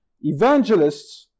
evangelists